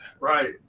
Right